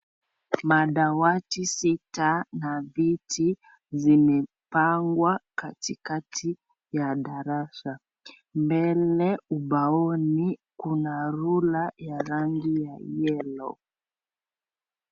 Madawati sita na viti zimepangwa katikati ya darasa mbele ubaoni kuna rula ya rangi ya yellow